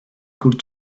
could